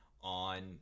on